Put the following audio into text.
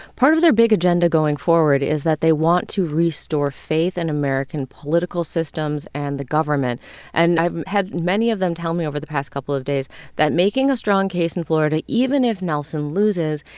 part of their big agenda going forward is that they want to restore faith in american political systems and the government and i've had many of them tell me over the past couple of days that making a strong case in florida, even if nelson loses,